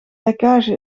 lekkage